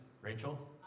Rachel